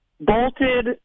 bolted